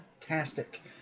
fantastic